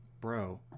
bro